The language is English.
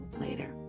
later